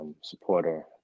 supporter